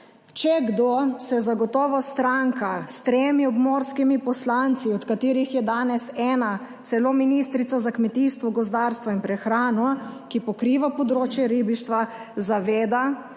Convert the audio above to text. Če kdo, se zagotovo stranka s tremi obmorskimi poslanci, od katerih je danes ena celo ministrica za kmetijstvo, gozdarstvo in prehrano, ki pokriva področje ribištva, zaveda,